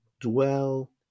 dwell